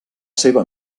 seva